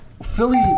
Philly